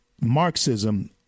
Marxism